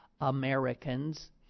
Americans